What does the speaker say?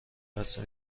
بسته